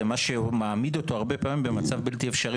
מה שמעמיד אותו הרבה פעמים במצב בלתי אפשרי.